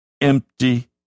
empty